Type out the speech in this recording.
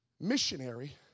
missionary